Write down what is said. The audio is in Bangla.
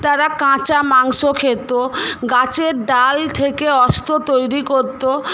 তারা কাঁচা মাংস খেত গাছের ডাল থেকে অস্ত্র তৈরি করত